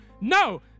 no